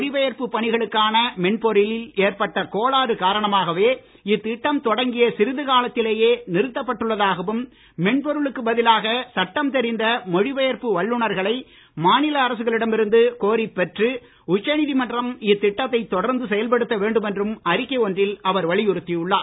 மொழி பெயர்ப்பு பணிகளுக்கான மென்பொருளில் ஏற்பட்ட கோளாறு காரணமாகவே இத்திட்டம் தொடங்கிய சிறிது காலத்திலேயே நிறுத்தப்பட்டுள்ளதாகவும் மென் பொருளுக்கு பதிலாக சட்டம் தெரிந்த மொழி பெயர்ப்பு வல்லுநர்களை மாநில அரசுகளிடம் இருந்து கோரிப் பெற்று உச்சநீதிமன்றம் இத்திட்டத்தை தொடர்ந்து செயல்படுத்த வேண்டும் என்றும் அறிக்கை ஒன்றில் அவர் வலியுறுத்தி உள்ளார்